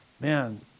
Man